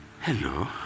Hello